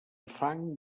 fang